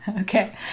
Okay